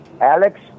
Alex